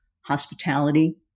hospitality